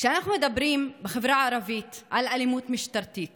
כשאנחנו מדברים בחברה הערבית על אלימות משטרתית